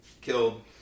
killed